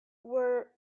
were